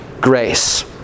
grace